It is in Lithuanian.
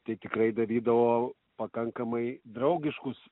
tikrai darydavo pakankamai draugiškus